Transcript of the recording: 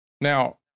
Now